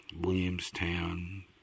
Williamstown